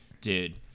dude